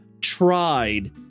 tried